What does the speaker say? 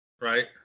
right